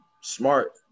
Smart